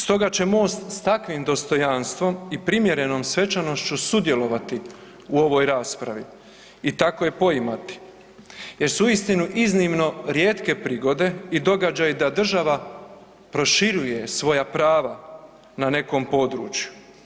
Stoga će Most s takvim dostojanstvom i primjerenom svečanošću sudjelovati u ovoj raspravi i tako je poimati jer su uistinu iznimno rijetke prigode i događaji da država proširuje svoja prava na nekom području.